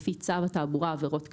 לפי צו התעבורה (עבירות קנס),